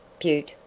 butte,